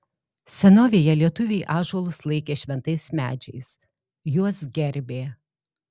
senovėje lietuviai ąžuolus laikė šventais medžiais juos gerbė